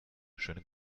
schönen